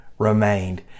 remained